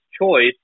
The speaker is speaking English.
choice